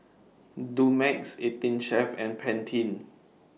Dumex eighteen Chef and Pantene